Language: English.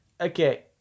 Okay